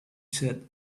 said